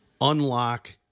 unlock